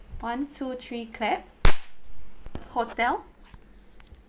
one two three clap hotel